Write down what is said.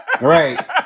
Right